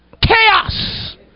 Chaos